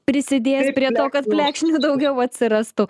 prisidės prie to kad plekšnių daugiau atsirastų